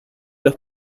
los